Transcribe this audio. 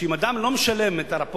שאם אדם לא משלם רפורט